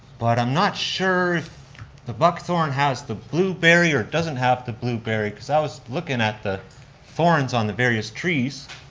but i'm not sure if the buckthorn has the blueberry or doesn't have the blueberry, cause i was looking at the thorns on the various trees,